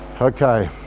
Okay